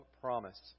Promise